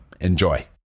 Enjoy